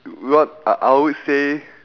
well I I would say